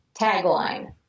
tagline